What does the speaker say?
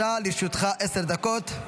בבקשה, לרשותך עשר דקות.